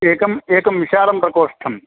एकम् एकं विशालं प्रकोष्ठम्